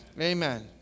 Amen